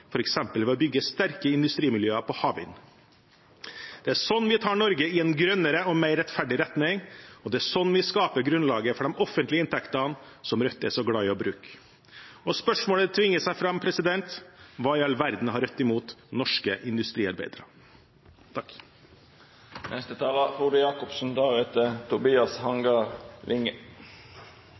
ved å bygge sterke industrimiljøer på havvind. Det er sånn vi tar Norge i en grønnere og mer rettferdig retning, og det er sånn vi skaper grunnlaget for de offentlige inntektene som Rødt er så glad i å bruke. Spørsmålet tvinger seg fram: Hva i all verden har Rødt imot norske industriarbeidere?